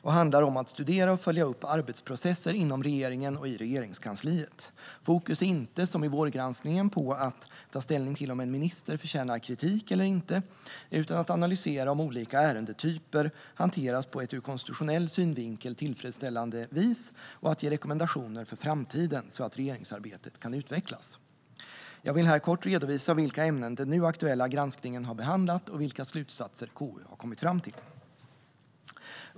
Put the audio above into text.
Det handlar om att studera och följa upp arbetsprocesser inom regeringen och i Regeringskansliet. Fokus är inte, som i vårgranskningen, på att ta ställning till om en minister förtjänar kritik eller inte utan på att analysera om olika ärendetyper hanteras på ett ur konstitutionell synvinkel tillfredsställande vis och att ge rekommendationer för framtiden så att regeringsarbetet kan utvecklas. Jag vill här kort redovisa vilka ämnen den nu aktuella granskningen har behandlat och vilka slutsatser KU har kommit fram till.